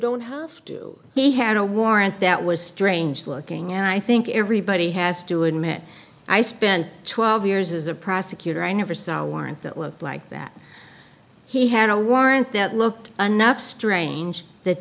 don't have to he had a warrant that was strange looking and i think everybody has to admit i spent twelve years as a prosecutor i never saw one that looked like that he had a warrant that looked anough strange that